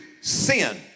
sin